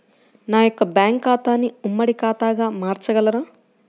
నా యొక్క బ్యాంకు ఖాతాని ఉమ్మడి ఖాతాగా మార్చగలరా?